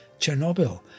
Chernobyl